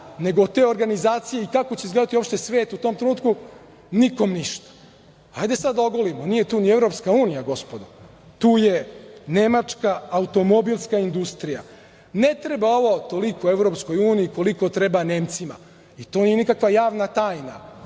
nego od te organizacije i kako će izgledati uopšte svet u tom trenutku, nikom ništa. Ajde sada da ogluvimo. Nije tu ni EU, gospodo, tu je nemačka automobilska industrija. Ne treba ovo toliko EU koliko treba Nemcima i to nije nikakva javna tajna.